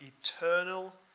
eternal